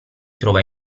trova